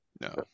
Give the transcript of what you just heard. No